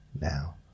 now